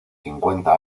cincuenta